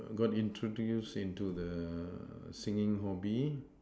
got introduce into the singing hobby